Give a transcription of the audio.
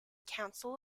council